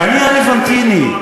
מי הגויים?